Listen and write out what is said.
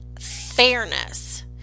fairness